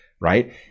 right